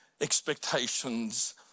expectations